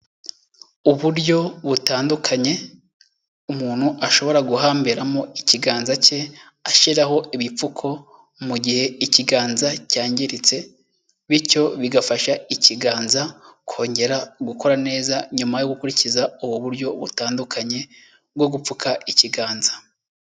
Uburyo butandukanye, umuntu ashobora guhambiramo ikiganza cye, ashyiraho ibipfuko mu gihe ikiganza cyangiritse, bityo bigafasha ikiganza kongera gukora neza nyuma yo gukurikiza ubu buryo butandukanye, bwo gupfuka ikiganza.